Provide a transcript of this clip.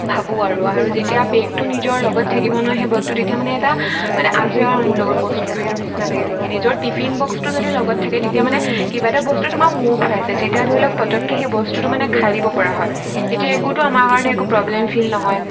ভাবোঁ আৰু আৰু যেতিয়া বেগটো নিজৰ লগত থাকিব নহয় সেই বেগটো তেতিয়া মানে এটা মানে আছে আৰু মোৰ লগত বস্তুটো সেইটো নিচিনা লাগে ধৰি লওক নিজৰ টিফিন বক্সটো যদি লগত থাকে তেতিয়া মানে কিবা এটা বস্তু তোমাৰ মূৰ ঘূৰাইছে তেতিয়া ধৰি লওক পটককৈ সেই বস্তুটো মানে খাই দিব পৰা হয় তেতিয়া একোতো আমাৰ কাৰণে একো প্ৰব্লেম ফিল নহয়